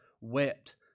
wept